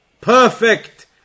perfect